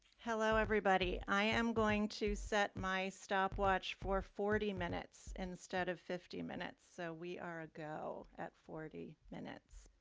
hello everybody. i am going to set my stopwatch for forty minutes instead of fifty minutes, so we are a go at forty minutes.